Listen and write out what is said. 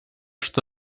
что